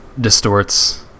distorts